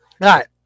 Right